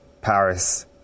Paris